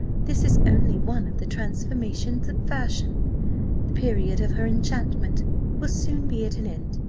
this is only one of the transformations of fashion the period of her enchantment will soon be at an end,